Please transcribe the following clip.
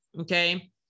okay